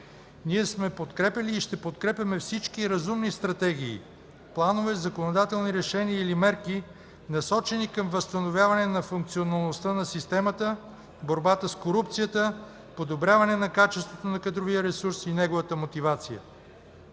Ние сме подкрепяли и ще подкрепяме всички разумни стратегии, планове, законодателни решения или мерки, насочени към възстановяване на функционалността на системата, борбата с корупцията, подобряване на качеството на кадровия ресурс и неговата мотивация.